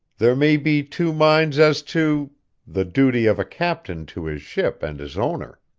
there may be two minds as to the duty of a captain to his ship and his owner.